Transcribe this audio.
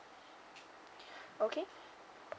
okay